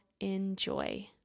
enjoy